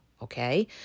Okay